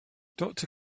doctor